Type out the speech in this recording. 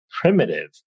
primitive